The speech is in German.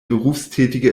berufstätige